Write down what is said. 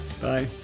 Bye